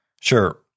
Sure